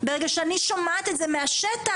ברגע שאני שומעת את זה מהשטח.